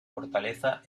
fortaleza